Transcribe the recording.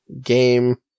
game